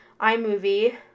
iMovie